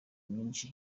myinshi